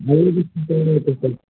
அளவு ட்ரெஸ் கொடுத்தாலே